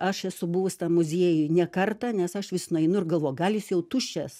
aš esu buvus tam muziejuj ne kartą nes aš vis nueinu ir galvoju gal jis jau tuščias